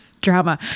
drama